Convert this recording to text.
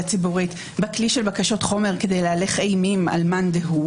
ציבורית בכלי של בקשות חומר כדי להלך אימים על מאן דהוא